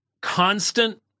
constant